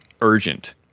urgent